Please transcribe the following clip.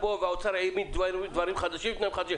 זה אומר שכבר מתחילים להפנים את זה שלא ישלמו ללקוחות.